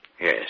Yes